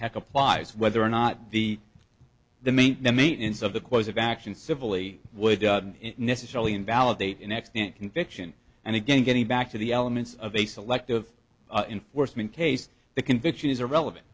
heck applies whether or not the the maint no maintenance of the cause of action civil would necessarily invalidate an extant conviction and again getting back to the elements of a selective enforcement case the conviction is irrelevant